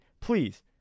please